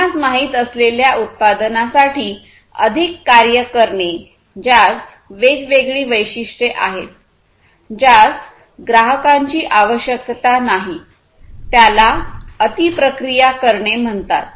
आपणास माहित असलेल्या उत्पादनासाठी अधिक कार्य करणे ज्यास वेगवेगळी वैशिष्ट्ये आहेत ज्यास ग्राहकांची आवश्यकता नाही त्याला अति प्रक्रिया करणे म्हणतात